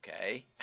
Okay